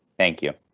thank you.